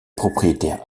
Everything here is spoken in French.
propriétaires